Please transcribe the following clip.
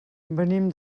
venim